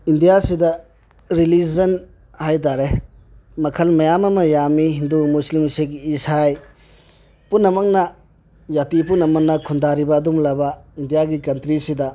ꯏꯟꯗꯤꯌꯥꯁꯤꯗ religion ꯍꯥꯏ ꯇꯥꯔꯦ ꯃꯈꯜ ꯃꯌꯥꯝ ꯑꯃ ꯌꯥꯝꯃꯤ ꯍꯤꯟꯗꯨ ꯃꯨꯁꯂꯤꯝ ꯁꯤꯈ ꯏꯁꯥꯏ ꯄꯨꯝꯅꯃꯛꯅ ꯖꯥꯇꯤ ꯄꯨꯝꯅꯃꯛꯅ ꯈꯨꯟꯗꯥꯔꯤꯕ ꯑꯗꯨꯒꯨꯝꯂꯕ ꯏꯟꯗꯤꯌꯥꯒꯤ ꯀꯟꯇ꯭ꯔꯤꯁꯤꯗ